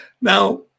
Now